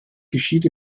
geschieht